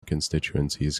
constituencies